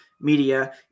media